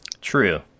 true